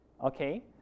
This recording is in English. okay